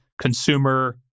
consumer